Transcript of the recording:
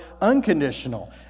unconditional